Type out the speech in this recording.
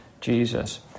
Jesus